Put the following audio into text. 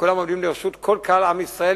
כולם עומדים לרשות כל קהל עם ישראל,